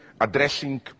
addressing